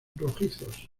rojizos